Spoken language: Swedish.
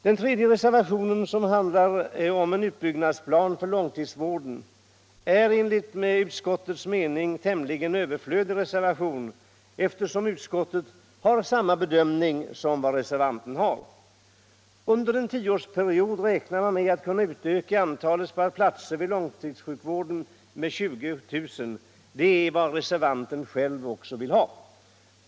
Den tredje reservationen, som handlar om en utbyggnadsplan för långtidsvården, är enligt utskottsmajoritetens mening tämligen överflödig, eftersom utskottet gör samma bedömning som reservanten. Man räknar med att under en tioårsperiod kunna utöka antalet platser vid långtidssjukvården med 20 000. Det är vad reservanten själv också vill ha.